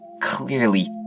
clearly